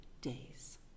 days